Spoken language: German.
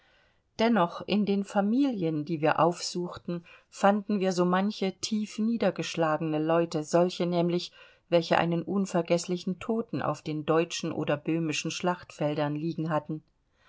dennoch in den familien die wir aufsuchten fanden wir so manche tiefniedergeschlagene leute solche nämlich welche einen unvergeßlichen toten auf den deutschen oder böhmischen schlachtfeldern liegen hatten